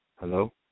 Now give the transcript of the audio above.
Hello